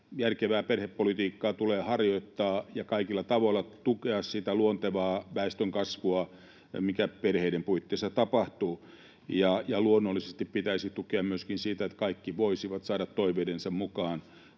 järkevää perhepolitiikkaa ja kaikilla tavoilla tukea sitä luontevaa väestönkasvua, mikä perheiden puitteissa tapahtuu. Luonnollisesti pitäisi tukea myöskin sitä, että kaikki voisivat saada toiveidensa mukaan